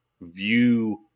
view